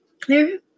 Clear